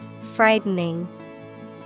Frightening